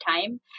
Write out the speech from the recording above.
time